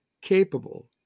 capable